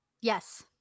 Yes